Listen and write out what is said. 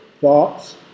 thoughts